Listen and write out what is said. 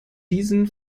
diesen